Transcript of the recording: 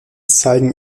zeigen